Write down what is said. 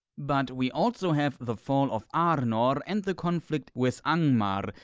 but we also have the fall of arnor and the conflict with angmar,